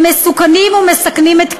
הם מסוכנים ומסכנים את קיומה.